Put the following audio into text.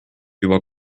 juba